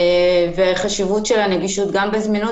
ועל החשיבות של הנגישות גם בזמינות